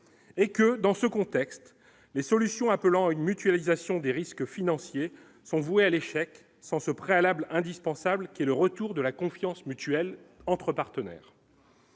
et que dans ce contexte, les solutions, appelant à une mutualisation des risques financiers sont vouées à l'échec sans ce préalable indispensable le retour de la confiance mutuelle entre partenaires,